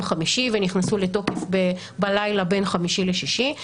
חמישי ונכנסו לתוקף בלילה בין חמישי לשישי.